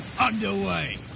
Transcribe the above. underway